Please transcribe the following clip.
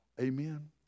Amen